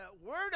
word